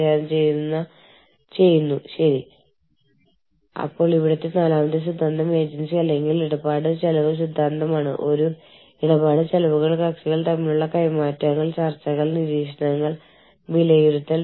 സ്ഥാപനത്തിന്റെ തന്ത്രപരമായ ആഗോള വീക്ഷണം നേടിയെടുക്കാൻ കഴിയുന്ന ആഗോള തലത്തിൽ ജീവനക്കാരെ ഫലപ്രദമായി ആകർഷിക്കാനും നിലനിർത്താനും ഇടപഴകാനും കഴിയുന്ന സംഘടനാ സംരംഭങ്ങളുടെ വികസനം